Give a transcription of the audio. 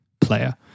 player